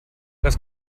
das